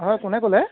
হয় কোনে ক'লে